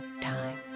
time